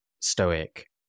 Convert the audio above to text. Stoic